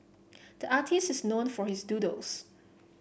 the artist is known for his doodles